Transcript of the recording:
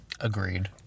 Agreed